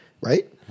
Right